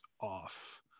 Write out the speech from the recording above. off